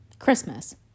Christmas